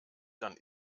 dann